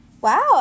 Wow